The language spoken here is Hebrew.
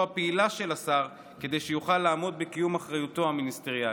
הפעילה של השר כדי שיוכל לעמוד בקיום אחריותו המיניסטריאלית.